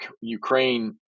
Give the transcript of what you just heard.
Ukraine